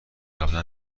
قبلا